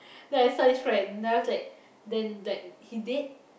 then I saw his friend then I was like then like he dead